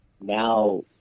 Now